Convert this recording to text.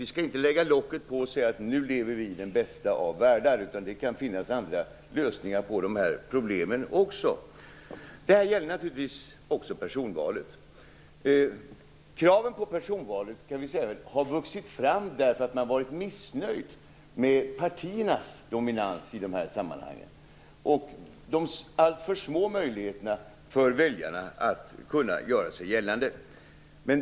Vi skall inte lägga locket på och säga att vi lever i den bästa av världar, utan det kan också finnas andra lösningar på de här problemen. Detta gäller naturligtvis också personvalet. Kraven på ett sådant har vuxit fram därför att man har varit missnöjd med partiernas dominans i de här sammanhangen. Väljarna har haft alltför små möjligheter att göra sig gällande.